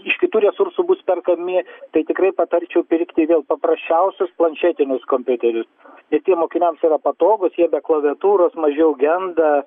iš kitų resursų bus perkami tai tikrai patarčiau pirkti vėl paprasčiausius planšetinius kompiuterius nes jie mokiniams yra patogūs jie be klaviatūros mažiau genda